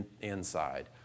inside